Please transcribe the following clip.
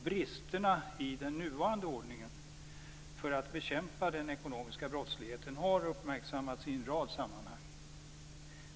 Bristerna i den nuvarande ordningen för att bekämpa den ekonomiska brottsligheten har uppmärksammats i en rad sammanhang.